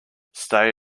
stay